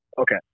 okay